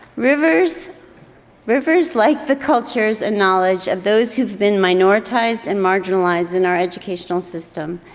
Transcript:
rivers rivers like the cultures and knowledge of those who've been minoritized and marginalized in our educational system,